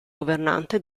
governante